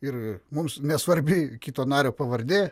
ir mums nesvarbi kito nario pavardė